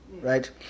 Right